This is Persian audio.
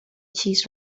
چیز